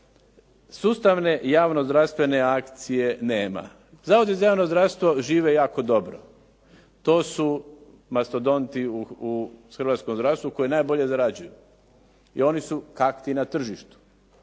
Sustavne javno zdravstvene akcije nema. Zavodi za javno zdravstvo žive jako dobro. To su mastodonti u hrvatskom zdravstvu koji najbolje zarađuju i oni su kakti na tržištu,